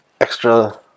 extra